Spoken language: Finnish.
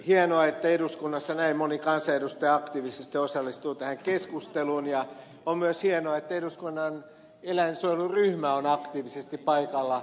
hienoa että eduskunnassa näin moni kansanedustaja aktiivisesti osallistuu tähän keskusteluun ja on myös hienoa että eduskunnan eläinsuojeluryhmä on aktiivisesti paikalla